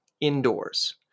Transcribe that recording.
indoors